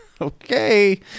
Okay